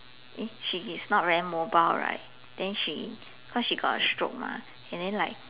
eh she is not very mobile right then she cause she got a stroke mah and then like